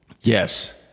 Yes